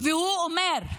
והוא אומר: